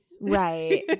Right